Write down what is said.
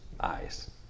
eyes